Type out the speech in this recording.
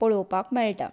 पळोवपाक मेळटात